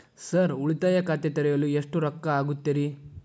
Sir ಉಳಿತಾಯ ಖಾತೆ ತೆರೆಯಲು ಎಷ್ಟು ರೊಕ್ಕಾ ಆಗುತ್ತೇರಿ?